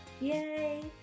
Yay